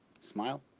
smile